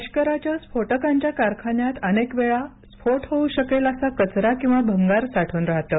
लष्कराच्या स्फोटकांच्या कारखान्यात अनेक वेळा स्फोट होऊ शकेल असा कचरा किंवा भंगार साठून राहतं